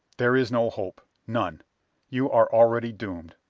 there is no hope! none you are already doomed!